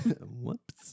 Whoops